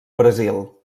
brasil